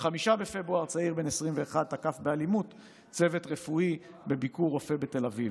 ב-5 בפברואר צעיר בן 21 תקף באלימות צוות רפואי בביקורופא בתל אביב.